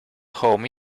home